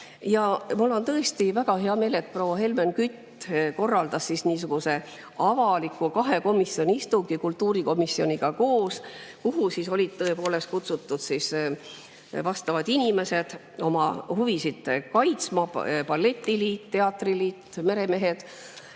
Mul on tõesti väga hea meel, et proua Helmen Kütt korraldas niisuguse avaliku kahe komisjoni istungi kultuurikomisjoniga koos, kuhu olid kutsutud vastavad inimesed oma huvisid kaitsma – balletiliit, teatriliit, meremehed